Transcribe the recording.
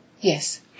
Yes